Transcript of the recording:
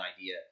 idea